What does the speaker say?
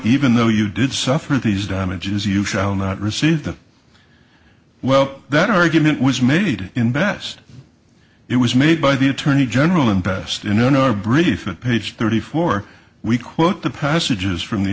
even though you did suffer these damages you shall not receive that well that argument was made in best it was made by the attorney general and best in our brief at page thirty four we quote the passages from the